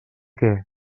què